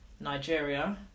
Nigeria